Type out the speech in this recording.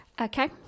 Okay